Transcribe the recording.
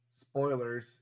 Spoilers